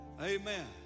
Amen